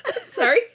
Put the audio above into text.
Sorry